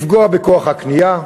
לפגוע בכוח הקנייה,